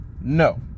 no